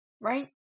right